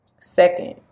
Second